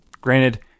granted